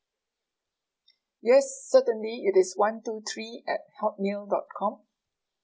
yes certainly it is one two three at hotmail dot com